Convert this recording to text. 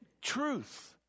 truth